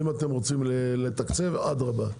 אם אתם רוצים לתקצב, אדרבה.